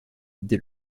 dès